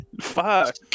Fuck